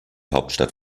hauptstadt